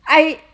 I